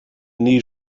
need